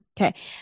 Okay